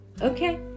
Okay